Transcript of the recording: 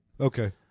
Okay